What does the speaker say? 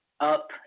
up